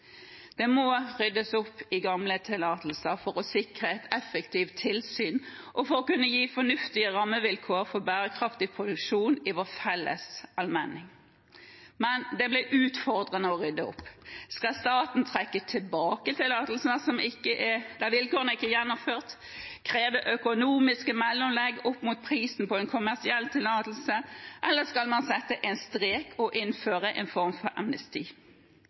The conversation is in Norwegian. Det må ryddes opp i gamle tillatelser for å sikre et effektivt tilsyn og for å kunne gi fornuftige rammevilkår for bærekraftig produksjon i vår felles allmenning. Men det blir utfordrende å rydde opp. Skal staten trekke tilbake tillatelsene der vilkårene ikke er gjennomført, kreve økonomiske mellomlegg opp mot prisen på en kommersiell tillatelse, eller skal man sette strek og innføre en form for amnesti?